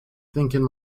thinking